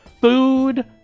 food